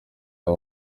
aho